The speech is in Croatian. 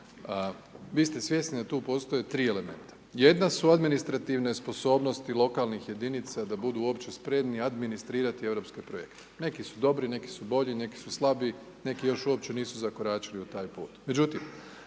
vi ste svjesni da tu postoje 3 elementa. Jedna su administrativne sposobnosti lokalnih jedinica da budu uopće spremni administrirati europske projekte, neki su dobri, neki su bolji, neki su slabiji, neki još uopće nisu zakoračili u taj put. Međutim,